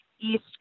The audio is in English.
East